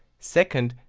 second,